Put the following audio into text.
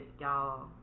y'all